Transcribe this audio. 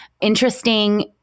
interesting